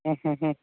ହୁଁ ହୁଁ ହୁଁ